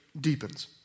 deepens